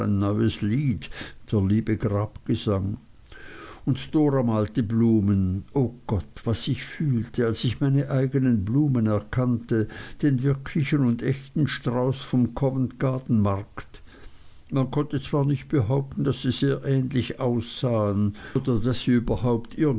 liebe grabgesang und dora malte blumen o gott was ich fühlte als ich meine eignen blumen erkannte den wirklichen und echten strauß vom covent garden markt man konnte zwar nicht behaupten daß sie sehr ähnlich aussahen oder daß sie überhaupt